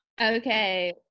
Okay